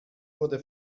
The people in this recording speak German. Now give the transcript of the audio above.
wurde